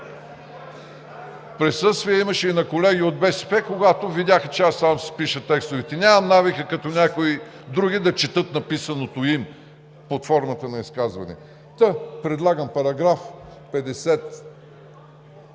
присъствие имаше и на колеги от БСП и видяха, че аз сам си пиша текстовете. Нямам навика като някои други да четат написаното им под формата на изказване. Предлагам § 50а